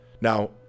Now